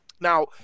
Now